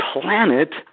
planet